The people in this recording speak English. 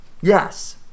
Yes